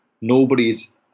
nobody's